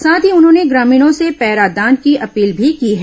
साथ ही उन्होंने ग्रामीणों से पैरादान की अपील भी की है